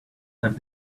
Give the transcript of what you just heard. that